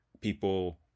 people